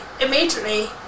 immediately